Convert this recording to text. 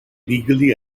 legally